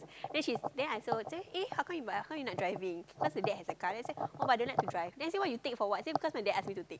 then she then I told her eh how come eh how come you not driving cause the dad has a car then she say oh I don't like to drive then I say then you take for what then she say oh cause my dad ask me to take